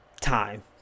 time